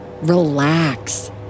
Relax